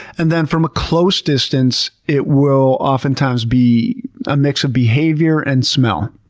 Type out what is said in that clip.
and then from a close distance it will oftentimes be a mix of behavior and smell.